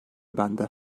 bende